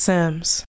Sims